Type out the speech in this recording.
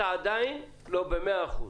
אתה עדיין לא ב-100 אחוזים.